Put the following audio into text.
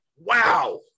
Wow